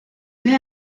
met